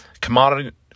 Commodity